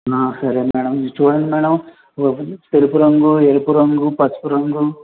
సరే మేడం చూడండి మేడం తెలుపు రంగు ఎరుపు రంగు పసుపు రంగు